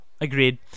agreed